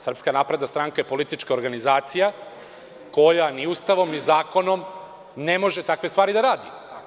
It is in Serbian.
Srpska napredna stranka je politička organizacija koja ni Ustavom ni zakonom ne može takve stvari da radi.